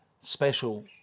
special